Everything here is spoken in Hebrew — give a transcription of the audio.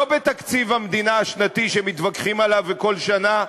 לא בתקציב המדינה השנתי שמתווכחים עליו כל שנה,